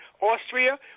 Austria